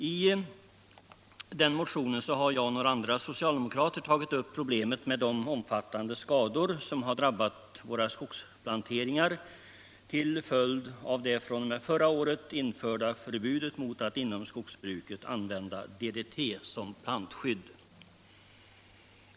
I den motionen har jag och några andra socialdemokrater tagit upp problemet med de omfattande skador som har drabbat våra skogsplanteringar till följd av det fr.o.m. förra året införda förbudet mot att inom skogsbruket använda DDT som plantskydd.